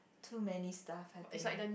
too many stuff happening